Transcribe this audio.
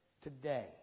today